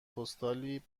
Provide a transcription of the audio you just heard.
پستالی